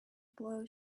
blow